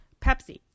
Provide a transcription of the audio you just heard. Pepsi